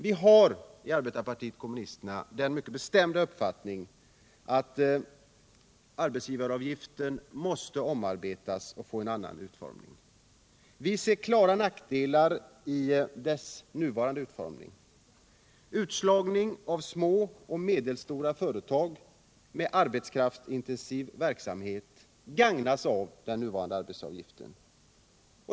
Vi har i arbetarpartiet kommunisterna den mycket bestämda uppfattningen att arbetsgivaravgiften måste få en annan utformning. Vi ser klara nackdelar i dess nuvarande utformning: utslagning av små och medelstora företag med arbetskraftsintensiv verksamhet gagnas av den nuvarande arbetsgivaravgiften.